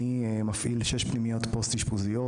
אני מפעיל שש פנימיות פוסט-אשפוזיות.